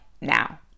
now